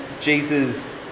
Jesus